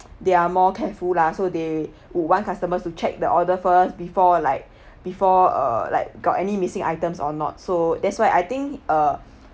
they are more careful lah so they want customers to check the order first before like before err like got any missing items or not so that's why I think uh